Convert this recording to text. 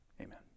Amen